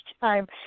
time